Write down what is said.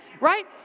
Right